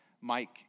Mike